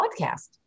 podcast